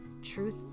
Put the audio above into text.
truth